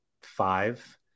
five